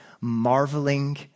marveling